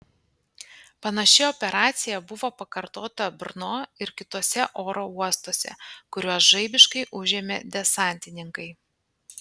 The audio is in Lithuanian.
panaši operacija buvo pakartota brno ir kituose oro uostuose kuriuos žaibiškai užėmė desantininkai